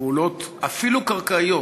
פעולות, אפילו קרקעיות,